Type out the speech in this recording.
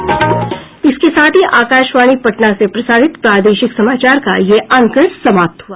इसके साथ ही आकाशवाणी पटना से प्रसारित प्रादेशिक समाचार का ये अंक समाप्त हुआ